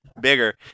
bigger